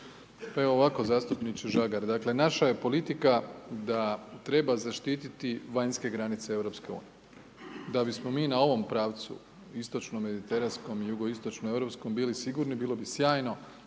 evo ovako zastupniče dakle naša je politika da treba zaštiti vanjske granice Europske unije da bismo mi na ovom pravcu istočno-mediteranskom i jugoistočno-europskom bili sigurni bilo bi sjajno